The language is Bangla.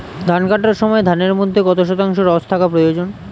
ধান কাটার সময় ধানের মধ্যে কত শতাংশ রস থাকা প্রয়োজন?